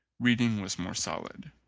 reading was more solid.